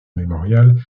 mémorial